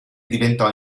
diventò